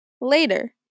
later